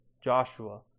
Joshua